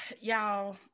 Y'all